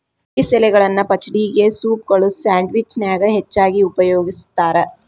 lettuce ಎಲಿಗಳನ್ನ ಪಚಡಿಗೆ, ಸೂಪ್ಗಳು, ಸ್ಯಾಂಡ್ವಿಚ್ ನ್ಯಾಗ ಹೆಚ್ಚಾಗಿ ಉಪಯೋಗಸ್ತಾರ